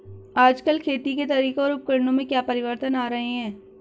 आजकल खेती के तरीकों और उपकरणों में क्या परिवर्तन आ रहें हैं?